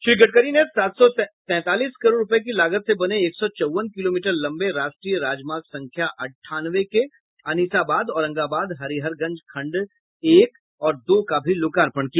श्री गडकरी ने सात सौ तैंतालीस करोड़ रूपये की लागत से बने एक सौ चौवन किलोमीटर लंबे राष्ट्रीय राजमार्ग संख्या अंठानवे के अनिसाबाद औरंगाबाद हरिहरगंज खंड एक और दो का भी लोकार्पण किया